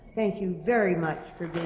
thank you very much for